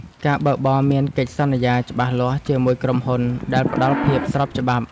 អ្នកបើកបរមានកិច្ចសន្យាច្បាស់លាស់ជាមួយក្រុមហ៊ុន ដែលផ្ដល់ភាពស្របច្បាប់។